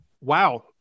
wow